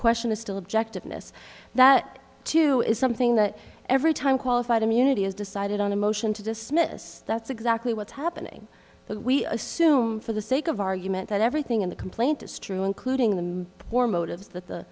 question is still objectiveness that too is something that every time qualified immunity is decided on a motion to dismiss that's exactly what's happening but we assume for the sake of argument that everything in the complaint is true including the more motives that the